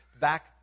back